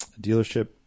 dealership